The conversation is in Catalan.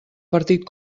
partit